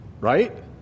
right